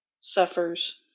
suffers